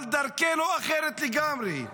אבל דרכנו אחרת לגמרי,